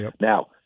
Now